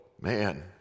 man